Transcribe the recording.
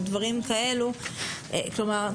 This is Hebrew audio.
כלומר,